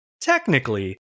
Technically